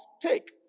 take